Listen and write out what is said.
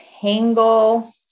tangle